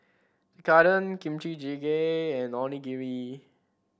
Tekkadon Kimchi Jjigae and Onigiri